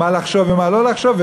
מה לחשוב ומה לא לחשוב,